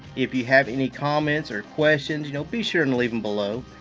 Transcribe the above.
if you have any comments or questions you know be sure and leave them below.